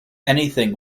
anything